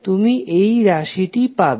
তুমি এই রাশিটি পাবে